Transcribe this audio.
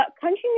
country